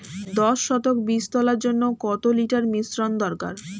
দশ শতক বীজ তলার জন্য কত লিটার মিশ্রন দরকার?